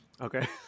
Okay